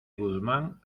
guzmán